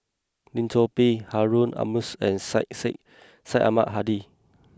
Lim Chor Pee Harun Aminurrashid and Syed Sheikh Syed Ahmad Hadi